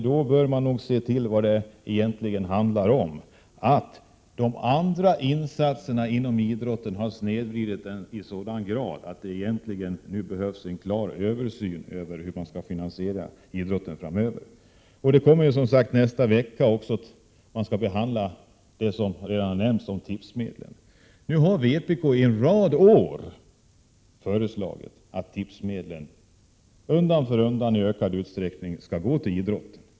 Då bör man nog se på vad det egentligen handlar om, nämligen att de andra insatserna inom idrotten har snedvridit denna i sådan grad att det nu behövs en översyn av hur man skall finansiera idrotten framöver. Som redan nämnts skall vi i nästa vecka behandla frågan om tipsmedlen. Vpk har under en rad av år föreslagit att tipsmedlen undan för undan i ökad utsträckning skall gå till idrotten.